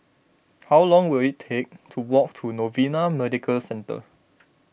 how long will it take to walk to Novena Medical Centre